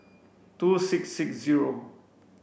two six six zero